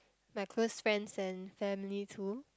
my close friends and family too